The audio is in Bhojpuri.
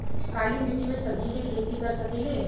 काली मिट्टी में सब्जी के खेती कर सकिले?